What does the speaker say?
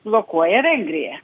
blokuoja vengrija